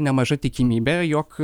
nemaža tikimybė jog